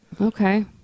Okay